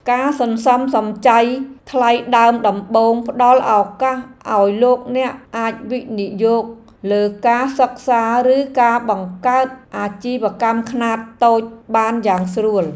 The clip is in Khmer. ការសន្សំសំចៃថ្លៃដើមដំបូងផ្ដល់ឱកាសឱ្យលោកអ្នកអាចវិនិយោគលើការសិក្សាឬការបង្កើតអាជីវកម្មខ្នាតតូចបានយ៉ាងស្រួល។